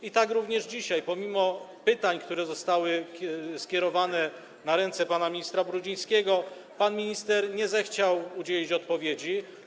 I tak również dzisiaj, pomimo pytań, które zostały skierowane na ręce pana ministra Brudzińskiego, pan minister nie zechciał udzielić odpowiedzi.